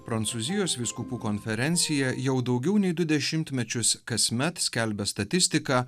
prancūzijos vyskupų konferencija jau daugiau nei du dešimtmečius kasmet skelbia statistiką